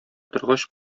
торгач